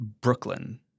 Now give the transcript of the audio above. Brooklyn